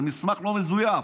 זה מסמך לא מזויף,